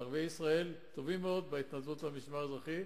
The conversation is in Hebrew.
ערביי ישראל טובים מאוד בהתנדבות למשמר האזרחי,